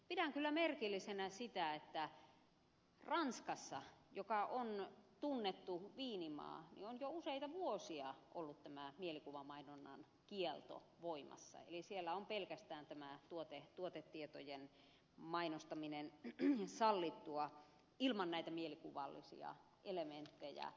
pidän kyllä merkillisenä sitä että ranskassa joka on tunnettu viinimaa on jo useita vuosia ollut tämä mielikuvamainonnan kielto voimassa eli siellä on pelkästään tämä tuotetietojen mainostaminen sallittua ilman näitä mielikuvallisia elementtejä